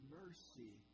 mercy